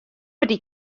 wedi